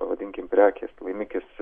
pavadinkim prekės laimikis